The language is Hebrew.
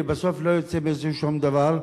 ובסוף לא יוצא מזה שום דבר?